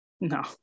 No